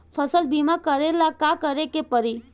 फसल बिमा करेला का करेके पारी?